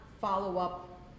follow-up